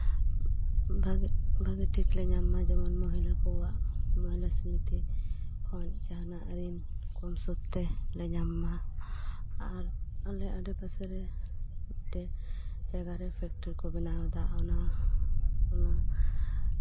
ᱵᱷᱟᱹᱜᱤ ᱵᱷᱟᱹᱜᱤ ᱴᱷᱤᱠ ᱞᱮ ᱧᱟᱢ ᱢᱟ ᱡᱮᱢᱚᱱ ᱛᱤᱨᱞᱟᱹ ᱠᱚᱣᱟᱜ ᱢᱚᱦᱤᱞᱟ ᱥᱚᱢᱤᱛᱤ ᱠᱷᱚᱱ ᱡᱟᱦᱟᱸᱱᱟᱜ ᱨᱤᱱ ᱠᱚᱢ ᱥᱩᱫᱽᱛᱮ ᱞᱮ ᱧᱟᱢ ᱢᱟ ᱟᱨ ᱟᱞᱮ ᱟᱸᱰᱮ ᱯᱟᱥᱮᱨᱮ ᱢᱤᱫᱴᱮᱱ ᱡᱟᱭᱜᱟᱨᱮ ᱯᱷᱮᱠᱴᱨᱤ ᱠᱚ ᱵᱮᱱᱟᱣᱫᱟ ᱚᱱᱟ ᱚᱱᱟ